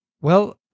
Well-